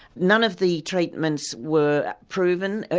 none of the treatments were proven,